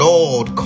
Lord